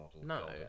no